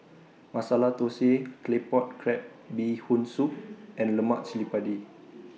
Masala Thosai Claypot Crab Bee Hoon Soup and Lemak Cili Padi